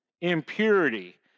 impurity